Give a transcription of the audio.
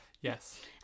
Yes